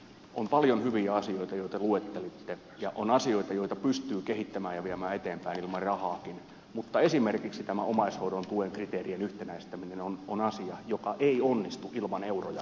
on paljon hyviä asioita joita luettelitte ja on asioita joita pystyy kehittämään ja viemään eteenpäin ilman rahaakin mutta esimerkiksi tämä omaishoidon tuen kriteerien yhtenäistäminen on asia joka ei onnistu ilman euroja tullakseen todeksi